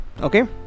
Okay